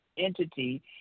Entity